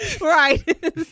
Right